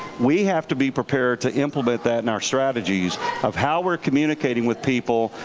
we have to be prepared to implement that in our strategies of how we're communicating with people,